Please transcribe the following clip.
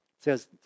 says